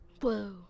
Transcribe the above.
Whoa